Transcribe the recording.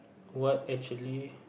what actually